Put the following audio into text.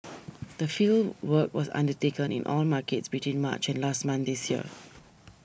the fieldwork was undertaken in all markets between March and last month this year